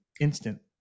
instant